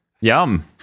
Yum